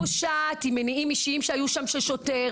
פושעת עם מניעים אישיים שהיו שם, ששוטר